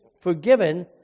forgiven